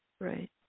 right